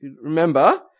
remember